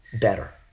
better